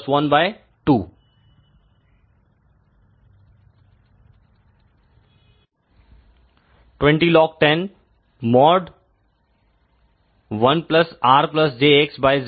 20log10ABZoCZoD2 20log10